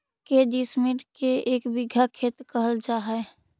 के डिसमिल के एक बिघा खेत कहल जा है?